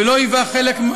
ולא היווה חלק,